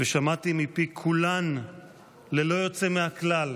ושמעתי מפי כולן ללא יוצא מהכלל